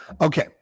Okay